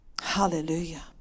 Hallelujah